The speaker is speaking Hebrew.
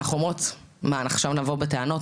אנחנו אומרות, מה, עכשיו נבוא בטענות?